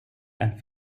and